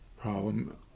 problem